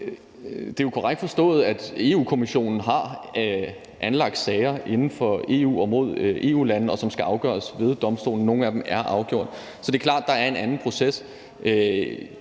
Det er jo korrekt forstået, at Europa-Kommissionen har anlagt sager inden for EU og mod EU-lande, som skal afgøres ved Domstolen. Nogle af dem er afgjort. Så det er klart, at der er en anden proces.